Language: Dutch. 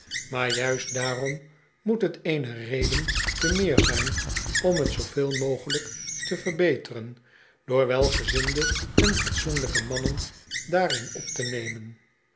maar juist daarom moet t eene reden te meer zijn om t zooveel mogelijk te verbeteren door welgezinde en fatsoenlijke mannen daarin op te nemen